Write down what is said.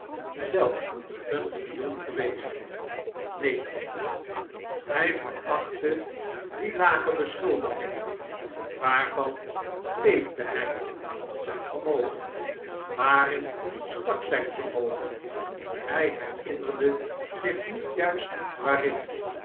zelf een spion geweest neen hjj verachtte die lage beschuldiging waarvan leefde hy van zgn vermogen waarin stak zgn vermogen hij herinnerde zich niet juist waarin